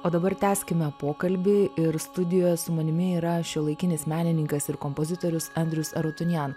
o dabar tęskime pokalbį ir studijoje su manimi yra šiuolaikinis menininkas ir kompozitorius andrius arutunjan